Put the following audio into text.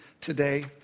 today